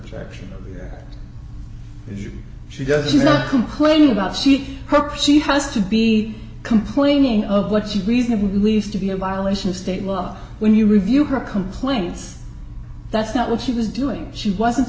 where she goes you know complaining about she she has to be complaining of what she reasonably believed to be a violation of state law when you review her complaints that's not what she was doing she wasn't